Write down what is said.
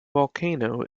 volcano